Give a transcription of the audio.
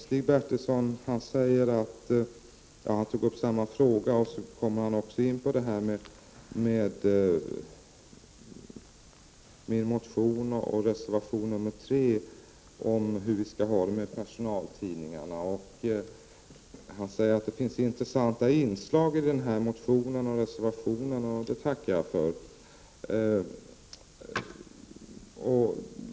Stig Bertilsson tog upp samma fråga och kom också in på min motion och reservation 3 om hur vi skall ha det med personaltidningarna. Han sade att det finns intressanta inslag i motionen och reservationen, och det tackar jag för.